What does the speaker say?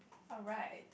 alright